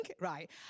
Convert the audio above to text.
Right